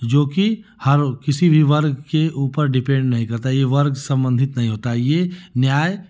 जो कि हर किसी भी वर्ग के ऊपर डिपेंड नहीं करता यह वर्ग संबंधित नहीं होता है यह न्याय